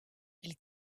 elle